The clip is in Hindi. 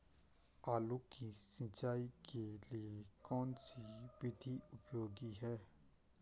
आलू की सिंचाई के लिए कौन सी विधि उपयोगी है?